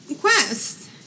quest